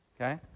Okay